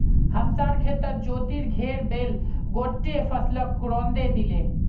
हमसार खेतत ज्योतिर घेर बैल गोट्टे फसलक रौंदे दिले